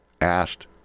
asked